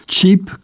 Cheap